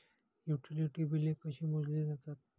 Utility बिले कशी मोजली जातात?